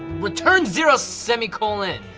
return zero semicolon!